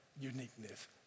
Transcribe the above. uniqueness